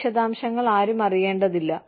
ഈ വിശദാംശങ്ങൾ ആരും അറിയേണ്ടതില്ല